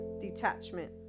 detachment